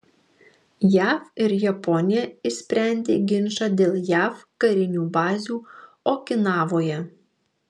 jav ir japonija išsprendė ginčą dėl jav karinių bazių okinavoje